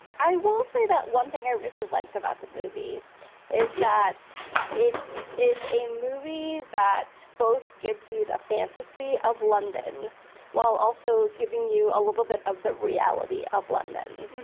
i will say that one thing i really liked about the movie is that it is a movie that both gives you a fantasy of london while also giving you a little bit of the reality of london.